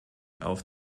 auf